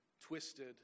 twisted